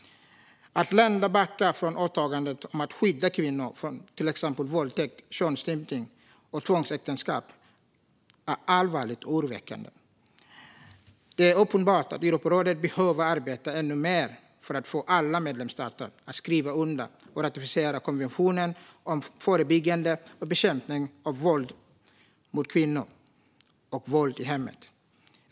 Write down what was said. Att länder backar från åtaganden om att skydda kvinnor från till exempel våldtäkt, könsstympning och tvångsäktenskap är allvarligt och oroväckande. Det är uppenbart att Europarådet behöver arbeta ännu mer för att få alla medlemsstater att skriva under och ratificera konventionen om förebyggande och bekämpning av våld mot kvinnor och våld i hemmet.